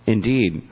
Indeed